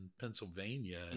Pennsylvania